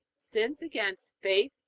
sins against faith,